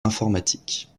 informatiques